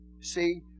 See